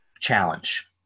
challenge